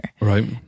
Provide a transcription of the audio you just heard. Right